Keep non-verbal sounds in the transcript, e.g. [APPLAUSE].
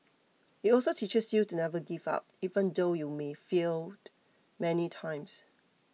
it also teaches you to never give up even though you may fail [NOISE] many times